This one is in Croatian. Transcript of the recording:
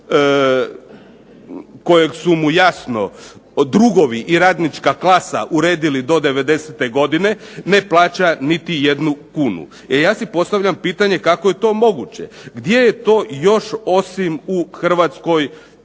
kojeg su mu jasno drugovi i radnička klasa uredili do '90. godine ne plaća niti jednu kunu. E ja si postavljam pitanje kako je to moguće? Gdje je to još osim u Hrvatskoj